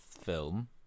film